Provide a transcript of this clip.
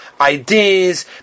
ideas